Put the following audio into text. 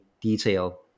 detail